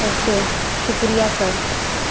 okay شکریہ سر